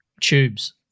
Tubes